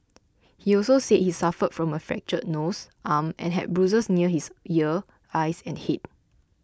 he also said he suffered from a fractured nose arm and had bruises near his ear eyes and head